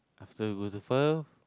after go to Perth